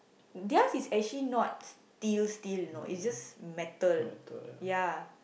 theirs is actually not steel steel you know is just metal ya